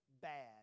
bad